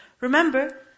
Remember